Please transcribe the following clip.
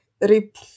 Rip